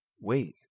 Wait